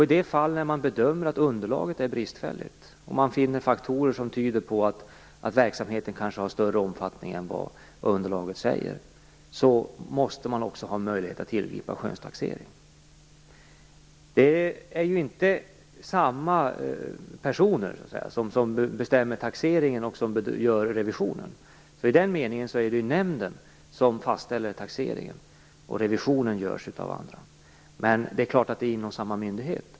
I det fall myndigheten bedömer att underlaget är bristfälligt och finner faktorer som tyder på att verksamheten kanske har större omfattning än vad som framgår i underlaget, måste myndigheten ha möjlighet att tillgripa skönstaxering. Det är inte samma personer som bestämmer taxeringen och som gör revisionen. I den meningen är det nämnden som fastställer taxeringen. Revisionen görs av andra. Men det är klart att det sker inom samma myndighet.